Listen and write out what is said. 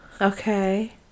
okay